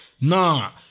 Nah